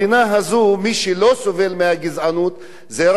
מי שלא סובל מהגזענות זה רק הלבנים,